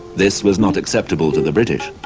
this was not acceptable to the british.